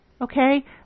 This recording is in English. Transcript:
Okay